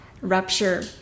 rupture